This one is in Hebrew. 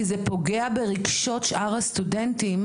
כי זה פוגע ברגשות שאר הסטודנטים